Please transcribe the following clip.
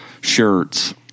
shirts